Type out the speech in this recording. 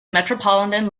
metropolitan